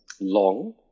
long